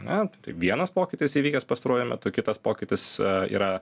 ane tai vienas pokytis įvykęs pastaruoju metu kitas pokytis a yra